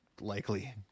likely